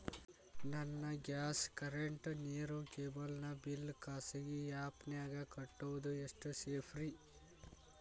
ನನ್ನ gas current, ನೇರು, cable ನ ಬಿಲ್ ಖಾಸಗಿ ಆ್ಯಪ್ ನ್ಯಾಗ್ ಕಟ್ಟೋದು ಎಷ್ಟು ಸೇಫ್ರಿ?